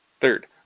Third